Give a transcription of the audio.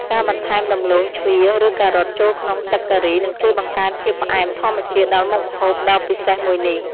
ការបន្ថែមដំឡូងជ្វាឬការ៉ុតចូលក្នុងទឹកការីនឹងជួយបង្កើនភាពផ្អែមធម្មជាតិដល់មុខម្ហូបដ៏ពិសេសមួយនេះ។